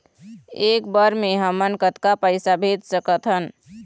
एक बर मे हमन कतका पैसा भेज सकत हन?